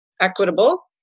equitable